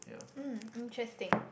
um interesting